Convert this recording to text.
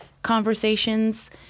conversations